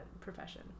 profession